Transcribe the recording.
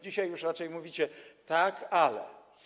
Dzisiaj już raczej mówicie: tak, ale.